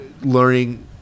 learning